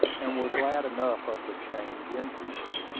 and were glad enough of the change into her.